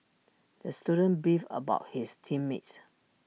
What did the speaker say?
the student beefed about his team mates